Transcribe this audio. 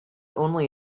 only